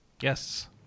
Yes